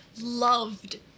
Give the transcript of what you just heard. loved